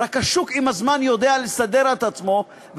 רק השוק עם הזמן יודע לסדר את עצמו,